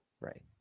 right